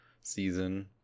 season